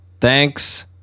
thanks